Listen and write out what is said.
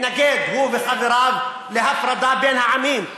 כן, והתנגד, הוא וחבריו, להפרדה בין העמים.